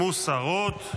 מוסרות.